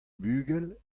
bugel